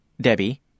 Debbie